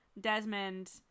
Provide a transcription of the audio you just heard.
Desmond